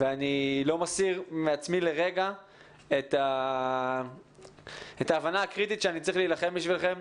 אני לא מסיר מעצמי לרגע את ההבנה הקריטית שאני צריך להילחם בשבילכם.